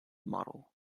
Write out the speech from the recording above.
model